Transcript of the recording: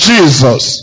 Jesus